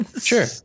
sure